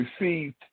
received